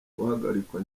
guhagarikwa